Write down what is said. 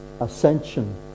ascension